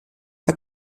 war